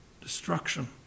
destruction